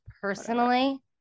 personally